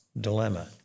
dilemma